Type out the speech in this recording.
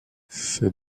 ses